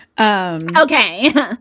Okay